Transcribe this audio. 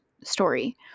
story